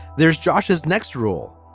there's josh, his next rule.